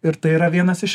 ir tai yra vienas iš